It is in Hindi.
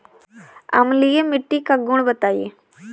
अम्लीय मिट्टी का गुण बताइये